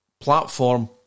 platform